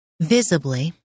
Visibly